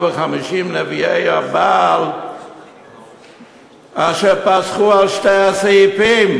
וחמישים נביאי הבעל אשר פסחו על שתי הסעיפים.